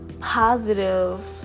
positive